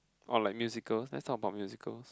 or like musicals let's talk about musicals